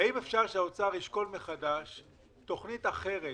האם אפשר שהאוצר ישקול מחדש תוכנית אחרת